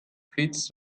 fits